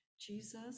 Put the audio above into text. Jesus